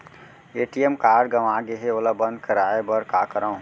ATM card गंवा गे है ओला बंद कराये बर का करंव?